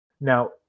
Now